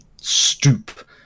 stoop